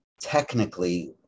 technically